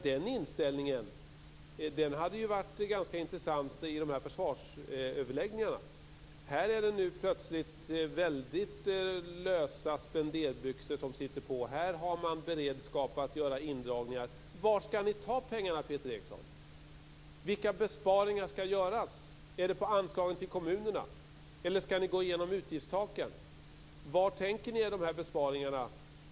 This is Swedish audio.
Den inställningen hade varit ganska intressant i försvarsöverläggningarna. Här är det plötsligt väldigt fria spenderbyxor som sitter på. Här har man beredskap att göra indragningar. Var skall ni ta pengarna, Peter Eriksson? Vilka besparingar skall göras - gäller det på anslagen till kommunerna, eller skall ni bryta igenom utgiftstaken? Var tänker ni er alltså de här besparingarna?